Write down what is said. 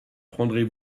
prendrez